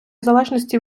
залежності